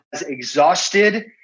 exhausted